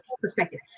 perspective